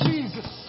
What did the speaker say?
Jesus